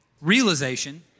Realization